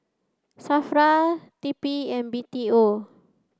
SAFRA T P and B T O